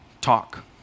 talk